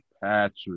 Patrick